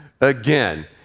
again